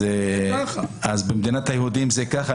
אז במדינת היהודים זה ככה,